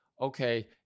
okay